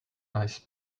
nice